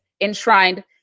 enshrined